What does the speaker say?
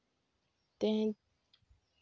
ᱛᱮᱦᱮᱧ